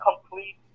complete